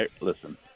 listen